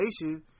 Nation